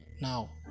Now